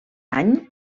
any